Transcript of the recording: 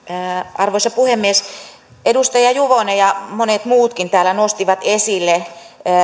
arvoisa puhemies edustaja juvonen ja monet muutkin täällä nostivat esille